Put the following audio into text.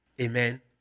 Amen